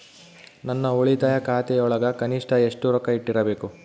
ನನ್ನ ಉಳಿತಾಯ ಖಾತೆಯೊಳಗ ಕನಿಷ್ಟ ಎಷ್ಟು ರೊಕ್ಕ ಇಟ್ಟಿರಬೇಕು?